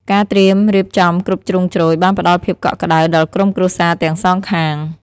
ការត្រៀមរៀបចំគ្រប់ជ្រុងជ្រោយបានផ្តល់ភាពកក់ក្តៅដល់ក្រុមគ្រួសារទាំងសងខាង។